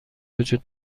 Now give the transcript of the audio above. وجود